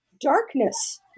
darkness